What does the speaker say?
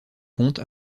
comte